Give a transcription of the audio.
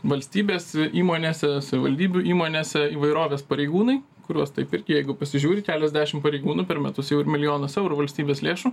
valstybės įmonėse savivaldybių įmonėse įvairovės pareigūnai kuriuos taip irgi jeigu pasižiūri keliasdešim pareigūnų per metus jau ir milijonas eurų valstybės lėšų